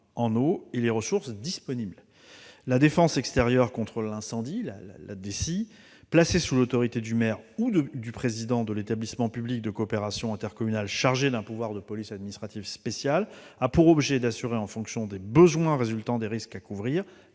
en eau et les ressources disponibles. La défense extérieure contre l'incendie (DECI), placée sous l'autorité du maire ou du président de l'établissement public de coopération intercommunale chargé d'un pouvoir de police administrative spéciale, a pour objet d'assurer, en fonction des besoins résultant des risques à couvrir,